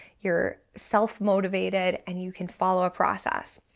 your self motivated and you can follow a process.